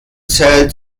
zählt